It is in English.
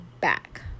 back